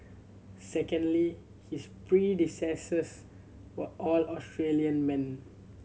secondly his predecessors were all Australian men